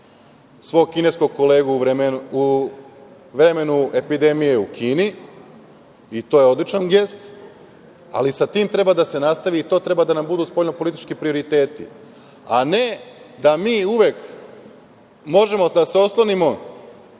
svog kineskog kolegu u vremenu epidemije u Kini. To je odličan gest, ali sa tim treba da se nastavi i to treba da nam budu spoljno politički prioriteti, a ne da mi uvek možemo da se oslonimo